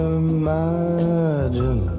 imagine